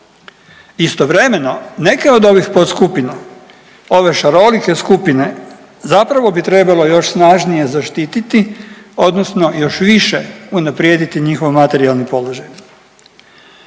Istovremeno neke od ovih podskupina, ove šarolike skupine zapravo bi trebalo još snažnije zaštititi, odnosno još više unaprijediti njihov materijalni položaj.